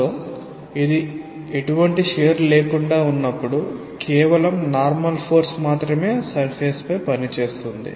కాబట్టి ఇది ఎటువంటి షియర్ లేకుండా ఉన్నప్పుడు కేవలం నార్మల్ ఫోర్స్ మాత్రమే సర్ఫేస్ పై పని చేస్తుంది